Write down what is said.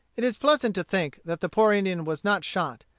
it is pleasant to think that the poor indian was not shot,